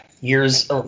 years